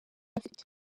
afite